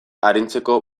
arintzeko